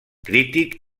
crític